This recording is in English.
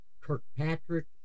Kirkpatrick